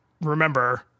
remember